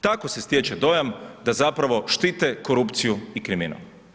Tako se stječe dojam da zapravo štite korupciju i kriminal.